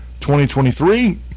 2023